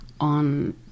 on